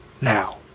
Now